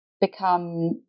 become